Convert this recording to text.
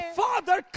father